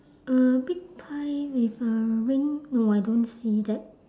a big pie with a ring no I don't see that